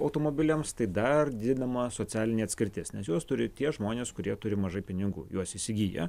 automobiliams tai dar didinama socialinė atskirtis nes juos turi tie žmonės kurie turi mažai pinigų juos įsigyja